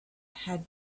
had